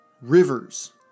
rivers